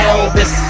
Elvis